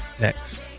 next